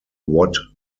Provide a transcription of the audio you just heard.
what